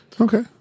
Okay